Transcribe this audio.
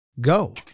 Go